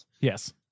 Yes